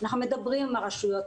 אנחנו מדברים עם הרשויות,